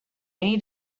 need